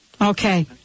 Okay